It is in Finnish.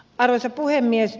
arvoisa puhemies